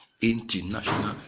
International